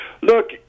Look